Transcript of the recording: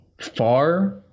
far